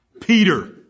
Peter